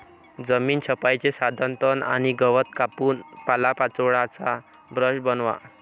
जमीन छपाईचे साधन तण आणि गवत कापून पालापाचोळ्याचा ब्रश बनवा